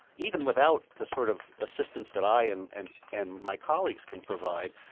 even without the sort of assistance that i and and and my colleagues can provide,